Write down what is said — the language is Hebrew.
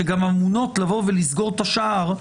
שגם אמונות לבוא ולסגור את השער,